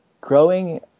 growing